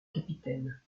capitaine